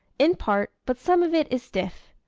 in part but some of it is stiff.